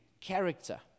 Character